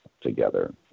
together